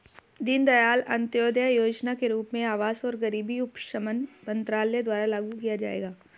दीनदयाल अंत्योदय योजना के रूप में आवास और गरीबी उपशमन मंत्रालय द्वारा लागू किया जाएगा